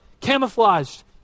camouflaged